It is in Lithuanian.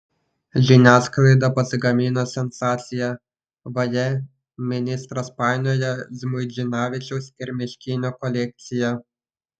žiniasklaida pasigamino sensaciją vaje ministras painioja žmuidzinavičiaus ir miškinio kolekciją